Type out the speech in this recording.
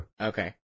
Okay